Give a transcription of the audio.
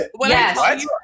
Yes